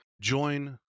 Join